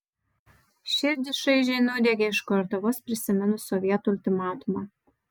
širdį šaižiai nudiegė iš karto vos prisiminus sovietų ultimatumą